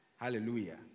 Hallelujah